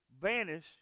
vanish